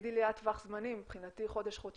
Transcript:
תגידי לי את טווח הזמנים, מבחינתי חודש-חודשיים,